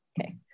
Okay